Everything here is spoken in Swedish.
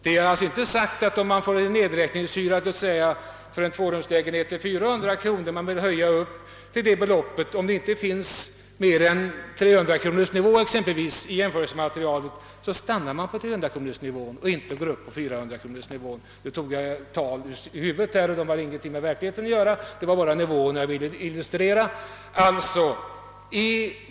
Det är inte alls sagt att om nedräkningshyran för en tvårumslägenhet blir 400 kronor och det bara finns en 300-kronorsnivå i jämförelsematerialet, så man får höja till 400-kronorsnivån, utan man skall då stanna vid 300 kronor. Dessa siffror tog jag bara som exempel; de har inte någonting med verkligheten att göra. Jag ville bara illustrera nivåerna.